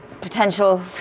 potential